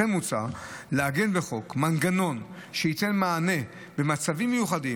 לכן מוצע לעגן בחוק מנגנון שייתן מענה במצבים מיוחדים,